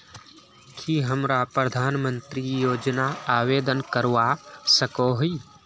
की हमरा प्रधानमंत्री योजना आवेदन करवा सकोही?